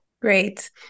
Great